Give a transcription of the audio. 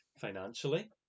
financially